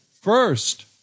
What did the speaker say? first